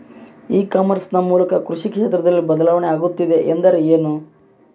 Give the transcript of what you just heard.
E commerce ನ ಮೂಲಕ ಕೃಷಿ ಕ್ಷೇತ್ರದಲ್ಲಿ ಬದಲಾವಣೆ ಆಗುತ್ತಿದೆ ಎಂದರೆ ಏನು?